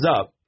up